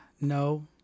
No